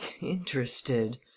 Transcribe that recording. interested